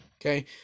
Okay